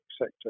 sector